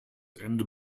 ende